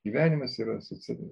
gyvenimas yra socia